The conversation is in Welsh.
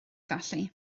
felly